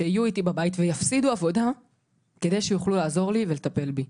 שיהיו איתי בבית ויפסידו עבודה כדי שיוכלו לעזור לי ולטפל בי.